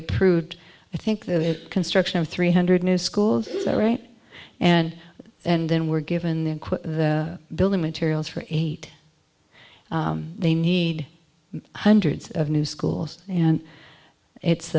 approved i think the construction of three hundred new schools is that right and and then were given the building materials for eight they need hundreds of new schools and it's